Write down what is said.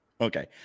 Okay